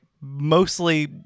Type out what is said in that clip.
mostly